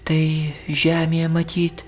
tai žemėje matyt